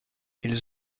ils